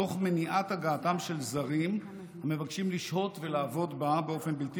תוך מניעת הגעתם של זרים המבקשים לשהות ולעבוד בה באופן בלתי